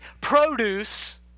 produce